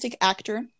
actor